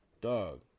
dog